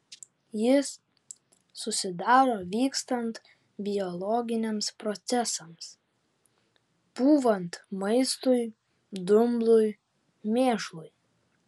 jis susidaro vykstant biologiniams procesams pūvant maistui dumblui mėšlui